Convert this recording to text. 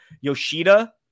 Yoshida